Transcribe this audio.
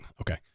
Okay